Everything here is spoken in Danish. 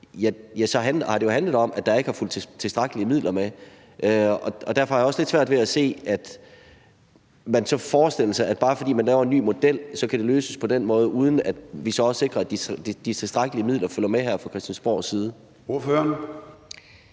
så har det jo handlet om, at der ikke er fulgt tilstrækkelige midler med. Derfor har jeg også lidt svært ved at se, hvorfor man forestiller sig, at bare fordi man laver en ny model, kan det løses på den måde, uden at vi her fra Christiansborgs side så også sikrer, at de tilstrækkelige midler følger med. Kl. 10:47 Formanden (Søren Gade): Ordføreren.